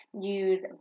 Use